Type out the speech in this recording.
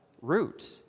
Root